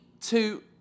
two